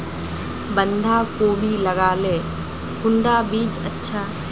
बंधाकोबी लगाले कुंडा बीज अच्छा?